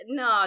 no